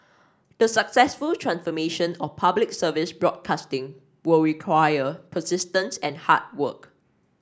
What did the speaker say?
the successful transformation of Public Service broadcasting will require persistence and hard work